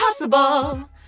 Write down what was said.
impossible